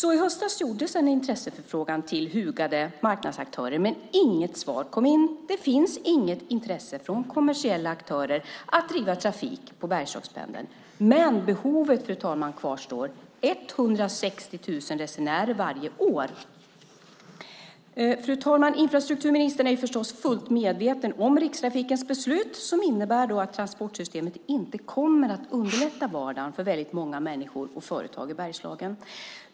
I höstas gjordes en intresseförfrågan till hugade marknadsaktörer, men inget svar kom in. Det finns inget intresse från kommersiella aktörer att driva trafik på Bergslagspendeln. Men behovet kvarstår, fru talman. Man har 160 000 resenärer varje år. Fru talman! Infrastrukturministern är förstås fullt medveten om Rikstrafikens beslut som innebär att transportsystemet inte kommer att underlätta vardagen för väldigt många människor och företag i Bergslagen.